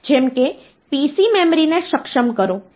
તેથી તે 32 વત્તા 13 બરાબર 45 છે